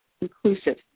inclusive